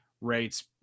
rates